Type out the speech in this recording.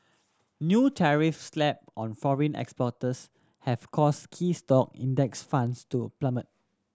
new tariffs slapped on foreign exporters have caused key stock Index Funds to plummet